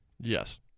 Yes